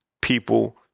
people